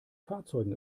fahrzeugen